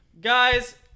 guys